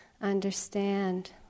understand